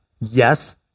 yes